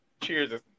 cheers